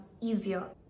easier